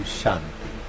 Shanti